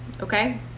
Okay